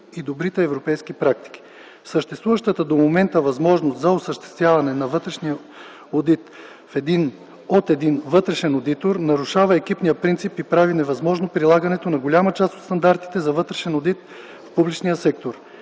и добрите европейски практики. Съществуващата до момента възможност за осъществяване на вътрешния одит от един вътрешен одитор нарушава екипния принцип и прави невъзможно прилагането на голяма част от стандартите за вътрешен одит в публичния сектор.